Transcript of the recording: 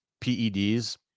peds